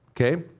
okay